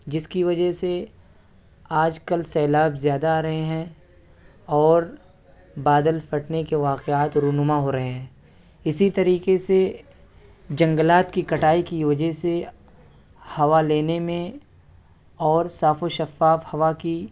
جس کی وجہ سے آج کل سیلاب زیادہ آ رہے ہیں اور بادل پھٹنے کے واقعات رونما ہو رہے ہیں اسی طریقے سے جنگلات کی کٹائی کی وجہ سے ہوا لینے میں اور صاف و شفاف ہوا کی